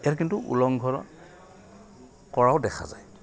ইয়াৰ কিন্তু উলংঘ কৰাও দেখা যায়